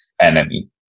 enemy